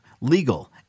legal